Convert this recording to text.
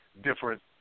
different –